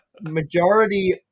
majority